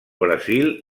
brasil